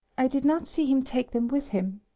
i did not see him take them with him.